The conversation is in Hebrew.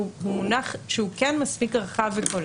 הוא מונח שהוא כן מספיק רחב וכולל.